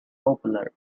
popular